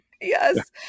yes